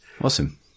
awesome